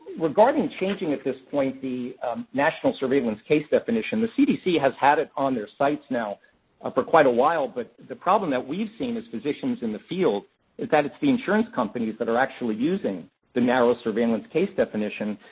regarding changing, at this point, the national surveillance case definition, the cdc has had it on their sites now ah for quite a while, but the problem that we've seen as physicians in the field is that it's insurance companies that are actually using the narrow surveillance case definition,